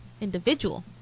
individual